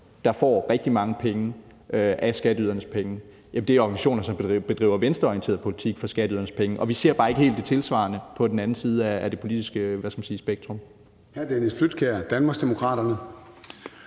der får rigtig mange af skatteydernes penge, er organisationer, som bedriver venstreorienteret politik for skatteydernes penge, og vi ser bare ikke helt det tilsvarende på den anden side af det politiske spektrum.